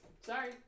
Sorry